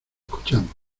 escuchamos